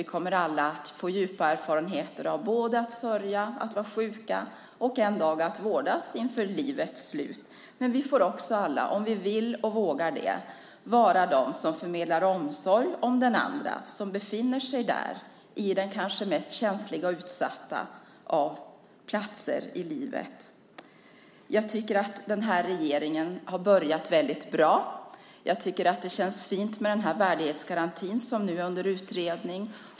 Vi kommer alla att få djupa erfarenheter av att sörja, att vara sjuka och också, en dag, att vårdas inför livets slut. Men vi får också alla, om vi vill och vågar, vara de som förmedlar omsorg om den andra som befinner sig där, i den kanske mest känsliga och utsatta av platser i livet. Jag tycker att den här regeringen har börjat väldigt bra. Jag tycker att det känns fint med den värdighetsgaranti som nu är under utredning.